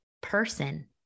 person